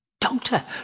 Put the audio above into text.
Doctor